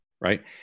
right